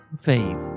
faith